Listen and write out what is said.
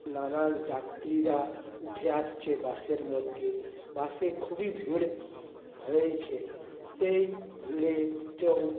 নানান যাত্রীরা উঠে আসছে বাসের মধ্যে বাসে খুবই ভিড় হয়েছে সেই ভিড়ে কেউ